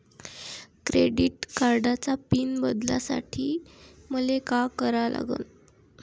Credit कार्डाचा pin बदलासाठी मले का करा लागन?